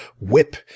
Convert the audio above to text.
whip